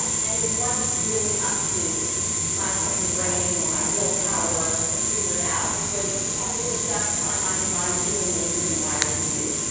and it wasn't really up to my thinking brain or my willpower to figure it out. this was this was just my mind and body doing what it had been wired to do.